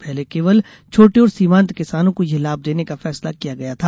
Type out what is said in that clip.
पहले केवल छोटे और सीमांत किसानों को यह लाभ देने का फैसला किया गया था